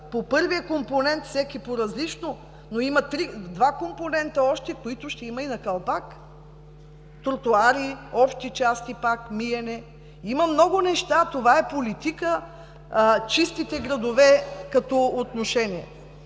по първия компонент за всеки по-различно, но има още два-три компонента още, на които ще има и на калпак – тротоари, общи части, парк, миене, има много неща. Това е политика – чистите градове като отношение.